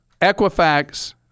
Equifax